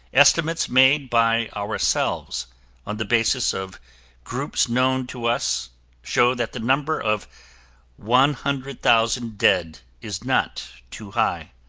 estimates made by ourselves on the basis of groups known to us show that the number of one hundred thousand dead is not too high.